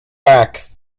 back